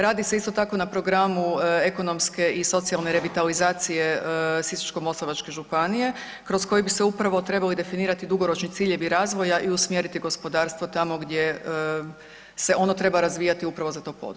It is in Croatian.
Radi se isto tako na programu ekonomske i socijalne revitalizacije Sisačko-moslavačke županije kroz koji bi se upravo trebali definirati dugoročni ciljevi razvoja i usmjeriti gospodarstvo tamo gdje se ono treba razvijati upravo za to područje.